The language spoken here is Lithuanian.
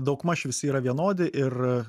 daugmaž visi yra vienodi ir